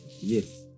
Yes